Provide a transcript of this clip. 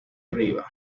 arriba